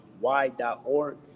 Y.org